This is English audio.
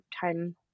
Time